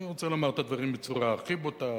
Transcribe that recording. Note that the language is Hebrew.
אני רוצה לומר את הדברים בצורה הכי בוטה,